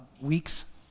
weeks